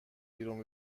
بیرون